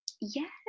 Yes